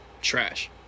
Trash